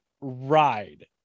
ride